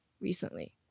recently